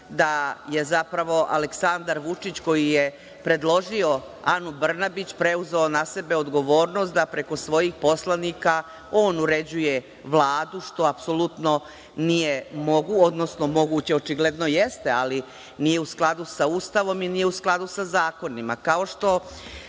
da je zapravo Aleksandar Vučić, koji je predložio Anu Brnabić, preuzeo na sebe odgovornost da preko svojih poslanika on uređuje Vladu, što apsolutno nije moguće. Moguće je, očigledno jeste, ali nije u skladu sa Ustavom i nije u skladu sa zakonima. Kao